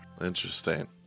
interesting